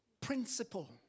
Principle